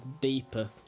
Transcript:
deeper